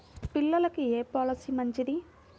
పిల్లలకు ఏ పొలసీ మంచిది?